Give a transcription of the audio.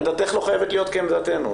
עמדתך לא חייבת להיות כעמדתנו,